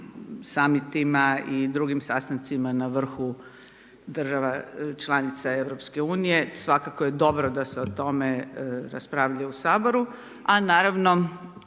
Samitima i drugim sastancima na vrhu država članica EU. Svakako je dobro da se o tome raspravlja u Saboru, a naravno